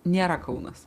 nėra kaunas